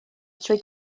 trwy